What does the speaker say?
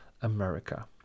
America